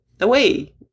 away